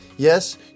Yes